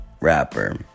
rapper